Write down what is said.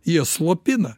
jie slopina